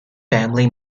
family